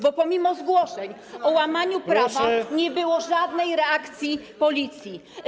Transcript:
Bo pomimo zgłoszeń o łamaniu prawa nie było żadnej reakcji Policji.